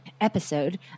episode